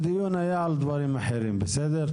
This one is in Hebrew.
הדיון היה על דברים אחרים, בסדר?